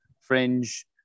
Fringe